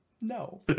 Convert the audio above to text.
No